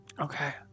Okay